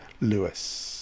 Lewis